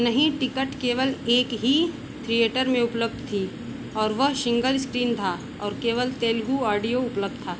नहीं टिकट केवल एक ही थियेटर में उपलब्ध था और वह सिन्गल स्क्रीन था और केवल तेलगु ऑडियो उपलब्ध था